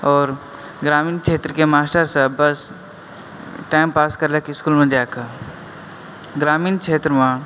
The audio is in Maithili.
आओर ग्रामीण क्षेत्रके मास्टर सब बस टाइम पास करलक इसकुलमे जा कऽ ग्रामीण क्षेत्रमे